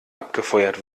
abgefeuert